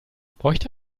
bräuchte